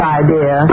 idea